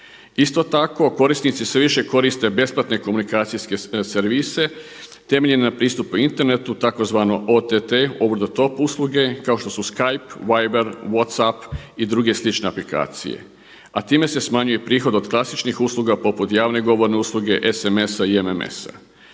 Isto tako, korisnici se više koriste besplatne komunikacijske servise temeljene na pristupu internetu tzv. OTT, over the top usluge kao što su Skype, Viber, Whats App i druge slične aplikacije, a time se smanjuje prihod od klasičnih usluga poput javne govorne usluge, sms-a i mms-a.